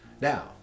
Now